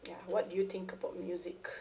ya what do you think about music